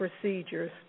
procedures